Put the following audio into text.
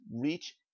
Reach